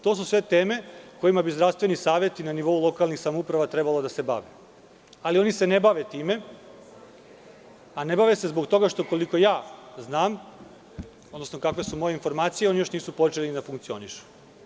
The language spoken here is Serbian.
To su sve teme kojima bi zdravstveni saveti na nivou lokalnih samouprava trebalo da se bave, ali oni se ne bave time, a ne bave se zbog toga što, koliko ja znam, odnosno kakve su moje informacije, još nisu počeli da funkcionišu.